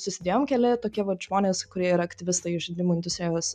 susidėjom keli tokie vat žmonės kurie yra aktyvistai žaidimų industrijos